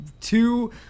two